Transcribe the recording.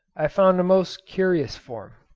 i found a most curious form,